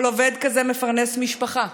כל עובד כזה מפרנס משפחה.